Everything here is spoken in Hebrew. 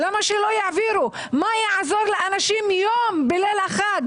איך אותם אנשים בליל החג